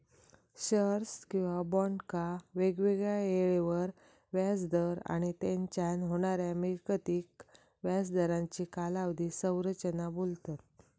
shares किंवा बॉन्डका वेगवेगळ्या येळेवर व्याज दर आणि तेच्यान होणाऱ्या मिळकतीक व्याज दरांची कालावधी संरचना बोलतत